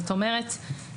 זאת אומרת,